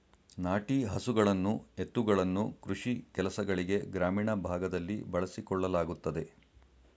ನಾಟಿ ಹಸುಗಳನ್ನು ಎತ್ತುಗಳನ್ನು ಕೃಷಿ ಕೆಲಸಗಳಿಗೆ ಗ್ರಾಮೀಣ ಭಾಗದಲ್ಲಿ ಬಳಸಿಕೊಳ್ಳಲಾಗುತ್ತದೆ